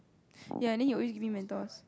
ya then he always give me Mentos